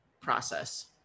process